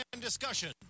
discussion